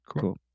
Cool